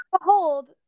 behold